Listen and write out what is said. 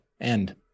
end